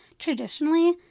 Traditionally